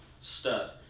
stud